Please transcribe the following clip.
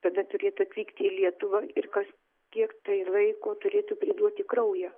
tada turėtų atvykti į lietuvą ir kas kiek tai laiko turėtų priduoti kraują